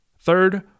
Third